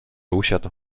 usiadł